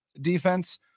defense